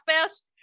fest